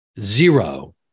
zero